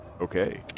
Okay